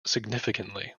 significantly